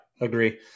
agree